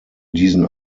diesen